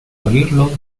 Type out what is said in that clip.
abrirlo